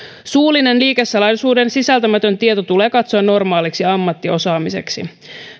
suullinen liikesalaisuuden sisältämätön tieto tulee katsoa normaaliksi ammattiosaamiseksi